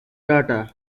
data